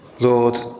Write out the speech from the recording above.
Lord